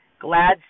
Glad